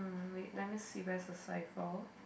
wait let me see where is the cipher